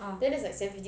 uh